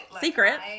secret